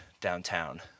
downtown